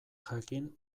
jakin